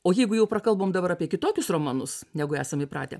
o jeigu jau prakalbom dabar apie kitokius romanus negu esam įpratę